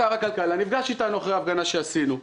שר הכלכלה נפגש איתנו אחרי הפגנה שעשינו.